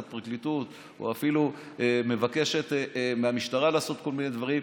הפרקליטות או אפילו מבקשת מהמשטרה לעשות כל מיני דברים,